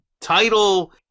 title